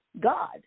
God